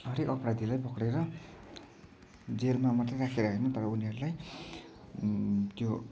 हरेक अपराधीलाई पक्रेर जेलमा मात्र राखेर होइन तर उनीहरूलाई त्यो